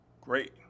great